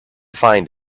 find